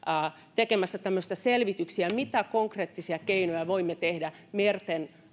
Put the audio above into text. tekemässä tämmöisiä selvityksiä mitä konkreettisia toimia voimme tehdä merten